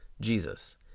Jesus